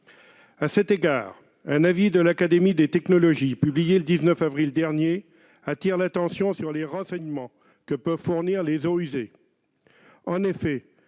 À cet égard, un avis de l'Académie des technologies publié le 19 avril dernier attire l'attention sur les renseignements que peuvent fournir les eaux usées.